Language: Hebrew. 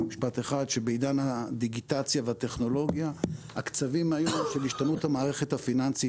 שבעידן הדיגיטציה והטכנולוגיה הקצבים של השתנות המערכת הפיננסית